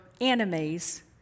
enemies